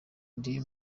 ndi